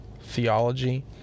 theology